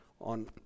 on